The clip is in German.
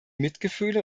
mitgefühl